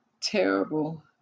terrible